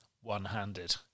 one-handed